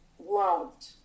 loved